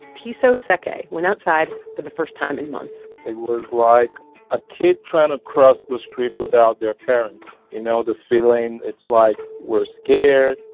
pisso so like nseke went outside for the first time in months it was like a kid trying to cross the street without their parents. you know, the feeling it's like we're scared.